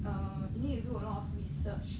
uh you need to do a lot of research